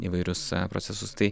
įvairius procesus tai